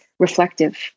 reflective